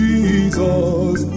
Jesus